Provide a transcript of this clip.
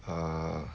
err